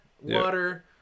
water